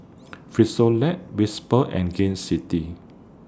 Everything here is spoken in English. Frisolac Whisper and Gain City